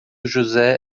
josé